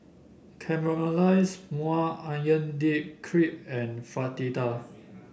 Caramelized Maui Onion Dip Crepe and Fritada